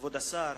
כבוד השר,